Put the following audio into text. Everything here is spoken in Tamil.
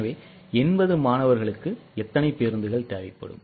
எனவே 80 மாணவர்கள்க்கு எத்தனை பேருந்துகள் தேவைப்படும்